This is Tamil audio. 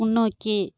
முன்னோக்கி